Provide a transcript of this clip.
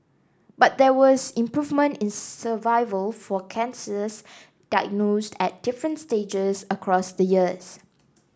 but there was improvement in survival for cancers diagnosed at different stages across the years